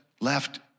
left